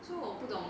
so 我不懂